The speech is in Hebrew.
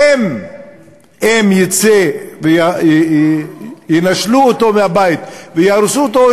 ואם הוא יצא וינשלו אותו מהבית ויהרסו אותו,